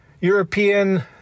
European